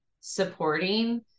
supporting